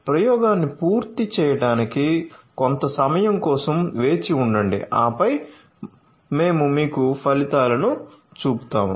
ప్రయోగాన్ని పూర్తి చేయడానికి కొంత సమయం కోసం వేచి ఉండండి ఆపై మేము మీకు ఫలితాలను చూపుతాము